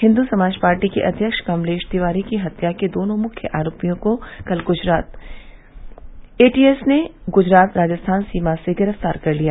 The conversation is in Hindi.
हिन्दू समाज पार्टी के अध्यक्ष कमलेश तिवारी की हत्या के दोनों मुख्य आरोपियों को कल गुजरात एटीएस ने गुजरात राजस्थान सीमा से गिरफ्तार कर लिया